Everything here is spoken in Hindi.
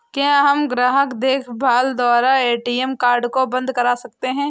क्या हम ग्राहक देखभाल द्वारा ए.टी.एम कार्ड को बंद करा सकते हैं?